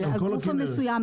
הגוף המסוים,